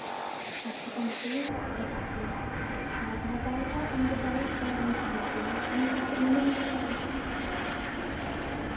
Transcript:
ᱟᱨ ᱪᱮᱛᱟᱱ ᱥᱮᱫ ᱤᱧ ᱨᱟᱠᱟᱵ ᱠᱚᱣᱟ ᱟᱨ ᱡᱟᱦᱟᱸᱭ ᱫᱟᱲᱮᱭᱟᱜᱼᱟᱭ ᱩᱱᱤ ᱫᱚ ᱫᱟᱲᱮᱭᱤᱡ ᱥᱟᱞᱟᱜ ᱜᱤᱧ ᱠᱷᱮᱞ ᱦᱚᱪᱚᱭᱮᱭᱟ ᱤᱧ ᱟᱨ ᱢᱤᱱᱟᱹᱧ ᱜᱮᱫᱚ ᱱᱟᱜ